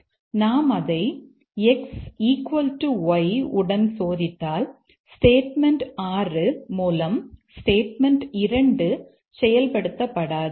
நாம் அதை x y உடன் சோதித்தால் ஸ்டேட்மெண்ட் 6 மூலம் ஸ்டேட்மெண்ட் 2 செயல்படுத்தப்படாது